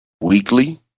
weekly